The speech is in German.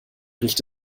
riecht